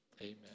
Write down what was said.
amen